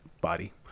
body